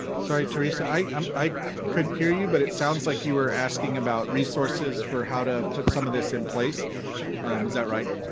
sorry teresa, i um i couldn't hear you, but it sounds like you were asking about resources for how to put some of this in place. is that right?